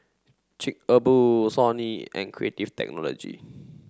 Chic A Boo Sony and Creative Technology